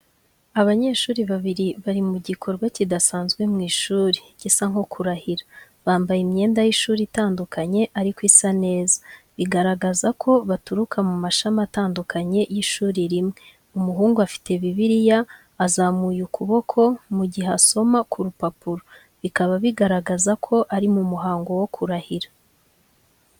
Abanyeshuri babiri bari mu gikorwa kidasanzwe mu ishuri, gisa nko kurahira. Bambaye imyenda y’ishuri itandukanye ariko isa neza, bigaragaza ko baturuka mu mashami atandukanye y’ishuri rimwe. Umuhungu afite Bibiliya, azamuye ukuboko, mu gihe asoma ku rupapuro, bikaba bigaragaza ko ari mu muhango wo kurahira.